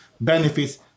benefits